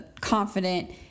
confident